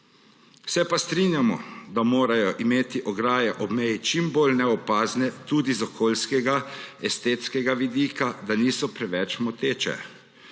Se pa strinjamo, da morajo biti ograje ob meji čim bolj neopazne, tudi iz okoljskega, estetskega vidika, da niso preveč moteče.